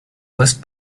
list